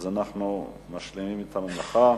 אנחנו משלימים את המלאכה.